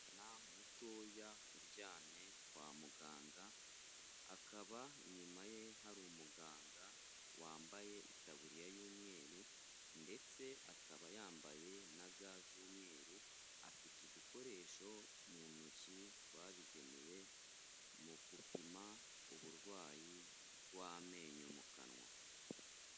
Umwana mutoya uryamye kwa muganga, akaba inyuma ye hari umuganga wambaye itaburiya y'umweru ndetse akaba yambaye na ga z'umweru, afite udukoresho mu ntoki twabigenewe mu gupima uburwayi bw'amenyo mu kanwa.